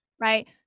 Right